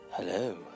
Hello